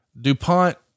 DuPont